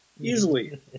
easily